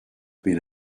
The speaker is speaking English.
being